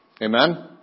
Amen